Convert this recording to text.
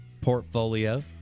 portfolio